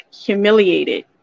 humiliated